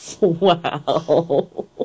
Wow